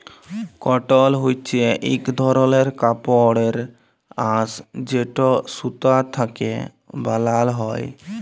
কটল হছে ইক ধরলের কাপড়ের আঁশ যেট সুতা থ্যাকে বালাল হ্যয়